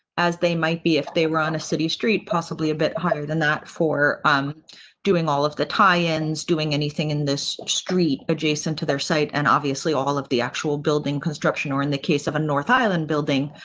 as they might be. if they were on a city street. possibly a bit higher than that for um doing all of the tie ins doing anything in this street adjacent to their site. and obviously all of the actual building construction, or in the case of a north island building,